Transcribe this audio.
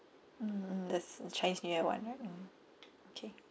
mm the chinese new year [one] right mm okay